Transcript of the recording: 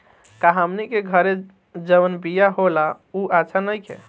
का हमनी के घरे जवन बिया होला उ अच्छा नईखे?